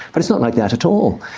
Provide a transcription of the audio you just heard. but it's not like that at all.